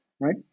right